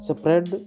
Spread